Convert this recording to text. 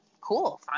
cool